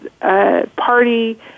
party